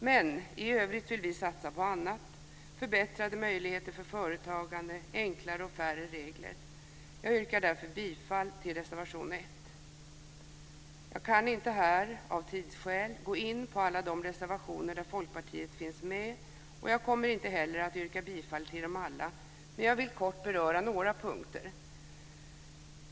Men i övrigt vill vi satsa på annat: förbättrade möjligheter för företagande samt enklare och färre regler. Jag yrkar därför bifall till reservation 1. Jag kan inte här, av tidsskäl, gå in på alla de reservationer där Folkpartiet finns med, och jag kommer inte heller att yrka bifall till dem alla. Men jag vill kort beröra några punkter.